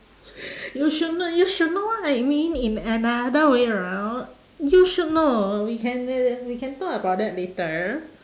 you should know you should know what I mean in another way round you should know we can uh we can talk about that later